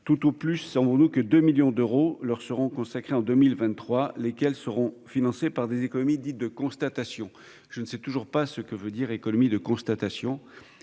Tout au plus savons-nous que 2 millions d'euros leur seront consacrés en 2023. Elles seront en outre financées par des économies dites de « constatation ». Je ne sais toujours pas ce que signifie « économies de constatation